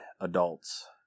adults